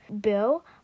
Bill